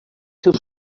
seus